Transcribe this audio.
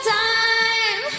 time